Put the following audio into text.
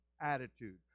attitude